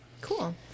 Cool